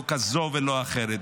לא כזאת ולא אחרת,